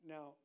Now